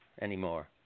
anymore